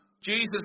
Jesus